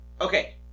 Okay